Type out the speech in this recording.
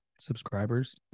subscribers